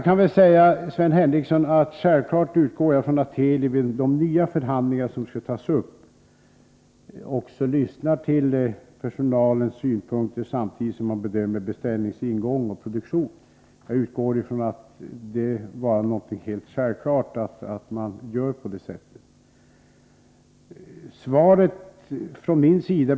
Jag vill säga till Sven Henricsson att jag självfallet utgår från att Teli i de nya förhandlingar som skall tas upp lyssnar på personalens synpunkter samtidigt som man bedömer beställningsingång och produktion. Jag utgår ifrån att det är helt självklart att man gör på det sättet.